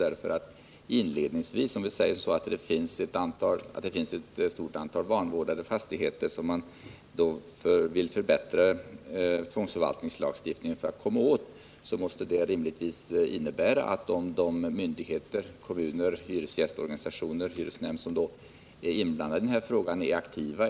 Vill man förbättra tvångsförvaltningslagstiftningen för att komma åt ett antal vanvårdade fastigheter, måste det rimligtvis innebära att det kan bli en kraftig ökning av tvångsköpen om myndigheter, kommuner, hyresgästorganisationer och hyresnämnder är aktiva.